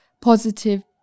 positive